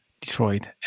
Detroit